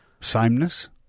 Sameness